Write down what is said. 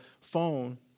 phone